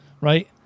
right